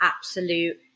absolute